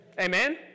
amen